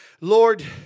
Lord